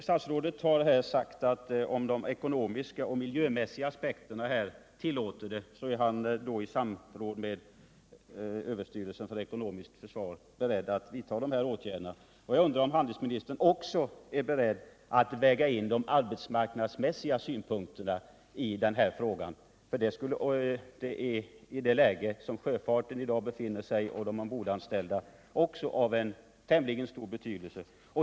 Statsrådet har här sagt att om de ekonomiska och miljömässiga aspekterna tillåter sådan här lagring är han beredd att, i samråd med överstyrelsen för ekonomiskt försvar, vidta dessa åtgärder. Jag undrar om handelsministern då också är beredd att väga in de arbetsmarknadsmässiga synpunkterna i frågan. I det läge vari sjöfarten i dag befinner sig skulle det nämligen för de ombordanställda nu vara av tämligen stor betydelse.